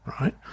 right